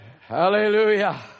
Hallelujah